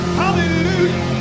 hallelujah